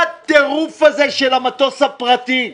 מה הטירוף הזה של המטוס הפרטי?